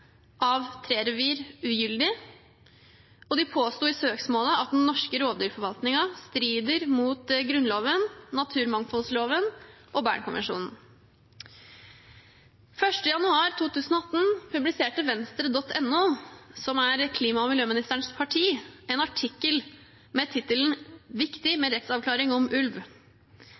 av tre revir ugyldig, og de påsto i søksmålet at den norske rovdyrforvaltningen strider mot Grunnloven, naturmangfoldloven og Bernkonvensjonen. Den 1. januar 2018 publiserte Venstre.no, som er klima- og miljøministerens parti, en artikkel med tittelen «Viktig med rettsavklaring om ulv».